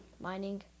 mining